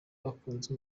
ukunze